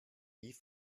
wie